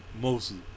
mostly